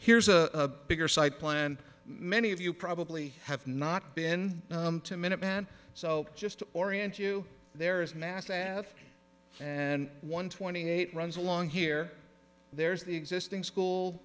here's a bigger site plan many of you probably have not been to minuteman so just to orient you there is nasa have and one twenty eight runs along here there's the existing school